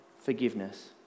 forgiveness